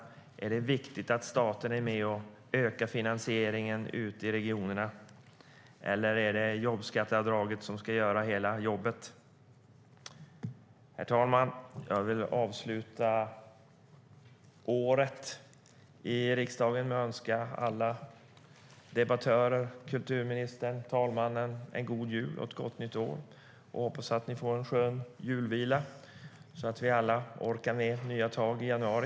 Är det viktigt att staten är med och ökar finansieringen i regionerna? Eller är det jobbskatteavdraget som ska göra hela jobbet? Herr talman! Jag vill avsluta året i riksdagen med att önska alla debattörer, kulturministern och talmannen en god jul och ett gott nytt år. Jag hoppas att vi alla får en skön julvila så att vi orkar med nya tag i januari.